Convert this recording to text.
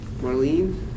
Marlene